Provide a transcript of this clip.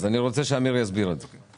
אני רוצה שאמיר יסביר את זה.